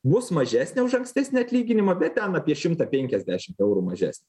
bus mažesnė už ankstesnį atlyginimą bet ten apie šimtą penkiasdešimt eurų mažes